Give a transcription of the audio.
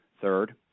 Third